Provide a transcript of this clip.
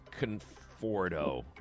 Conforto